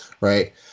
Right